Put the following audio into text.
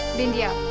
bindiya,